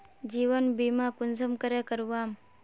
जीवन बीमा कुंसम करे करवाम?